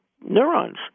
neurons